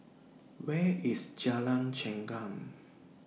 Where IS Jalan Chengam